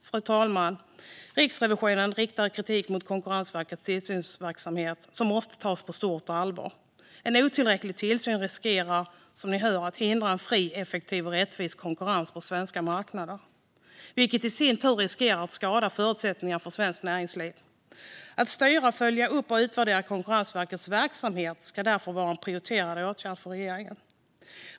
Fru talman! Riksrevisionen riktar kritik mot Konkurrensverkets tillsynsverksamhet. Det måste tas på stort allvar. En otillräcklig tillsyn riskerar som sagt att hindra fri, effektiv och rättvis konkurrens på svenska marknader. Det riskerar i sin tur att skada förutsättningarna för svenskt näringsliv. Att styra, följa upp och utvärdera Konkurrensverkets verksamhet ska därför vara en prioriterad uppgift för regeringen.